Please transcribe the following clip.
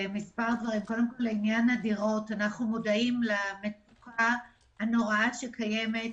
לעניין הדירות, אנו מודעים למצוקה הנוראה שקיימת.